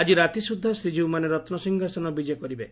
ଆଜି ରାତି ସୁଦ୍ଧା ଶ୍ରୀକୀଉ ମାନେ ରତ ସିଂହାସନ ବିଜେ କରିବେ